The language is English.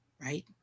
right